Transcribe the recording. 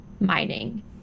mining